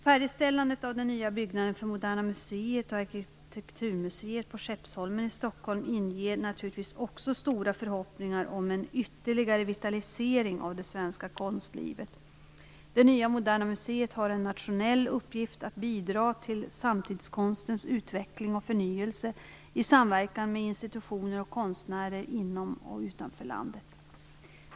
Färdigställandet av den nya byggnaden för Moderna museet och Arktitekturmuseet på Skeppsholmen i Stockholm inger naturligtvis också stora förhoppningar om en ytterligare vitalisering av det svenska konstlivet. Det nya Moderna museet har en nationell uppgift att bidra till samtidskonstens utveckling och förnyelse i samverkan med institutioner och konstnärer inom och utanför landet.